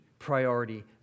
priority